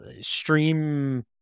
stream